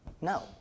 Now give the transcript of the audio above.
No